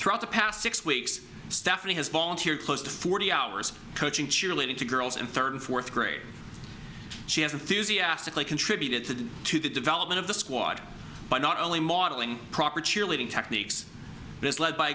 throughout the past six weeks stephanie has volunteered close to forty hours coaching cheerleading to girls in third and fourth grade she has a physio assoc i contributed to to the development of the squad but not only modeling proper cheerleading techniques this led by